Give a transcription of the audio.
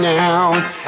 now